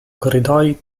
corridoi